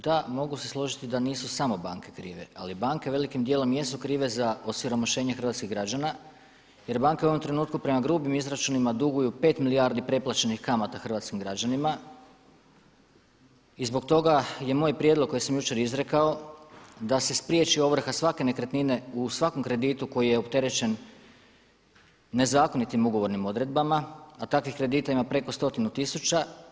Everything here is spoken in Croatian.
Da, mogu se složiti da nisu samo banke krive, ali banke velikim dijelom jesu krive za osiromašenje hrvatskih građana jer banke u ovom trenutku prema grubim izračunima duguju pet milijardi preplaćenih kamata hrvatskim građanima i zbog toga je moj prijedlog kojeg sam jučer izrekao da se spriječi ovrha svake nekretnine u svakom kreditu koji je opterećen nezakonitim ugovornim odredbama, a takvih kredita ima preko stotinu tisuća.